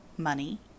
money